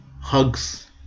Hugs